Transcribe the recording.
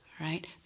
right